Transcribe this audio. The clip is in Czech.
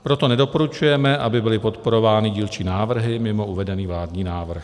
Proto nedoporučujeme, aby byly podporovány dílčí návrhy mimo uvedený vládní návrh.